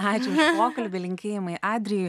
ačiū už pokalbį linkėjimai adrijui